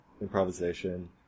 Improvisation